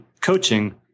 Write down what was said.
coaching